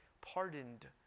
pardoned